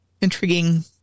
intriguing